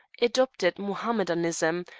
adopted mohammedanism,